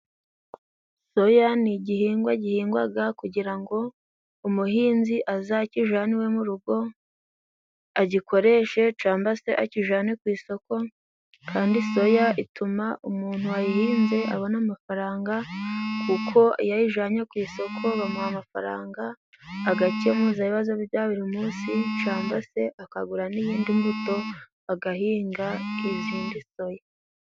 Soya ni igihingwa gihingwaga kugira ngo umuhinzi azakijane iwe mu rugo, agikoreshe, camba se akijyane ku isoko. Kandi soya ituma umuntu wayihinze abona amafaranga, kuko iyo ayijanye ku isoko, bamuha amafaranga, agakemuza ibibazo bye bya buri musi, cangwa se akaguramo iyindi mbuto, agahinga izindi soya.